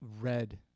red